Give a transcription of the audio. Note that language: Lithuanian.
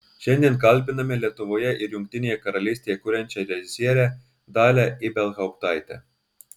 šiandien kalbiname lietuvoje ir jungtinėje karalystėje kuriančią režisierę dalią ibelhauptaitę